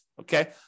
okay